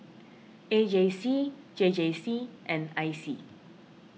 A G C J J C and I C